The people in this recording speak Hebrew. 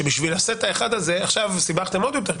שבשביל הסט האחד הזה עכשיו סיבכתם עוד יותר,